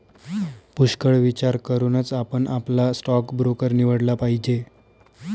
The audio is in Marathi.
पुष्कळ विचार करूनच आपण आपला स्टॉक ब्रोकर निवडला पाहिजे